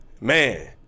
man